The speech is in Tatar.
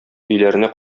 өйләренә